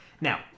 Now